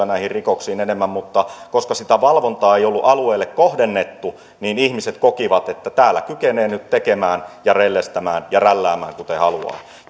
näihin rikoksiin enemmän mutta koska sitä valvontaa ei ollut alueelle kohdennettu niin ihmiset kokivat että täällä kykenee nyt tekemään ja rellestämään ja rälläämään kuten haluaa